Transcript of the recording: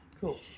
cool